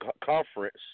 conference